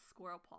Squirrelpaw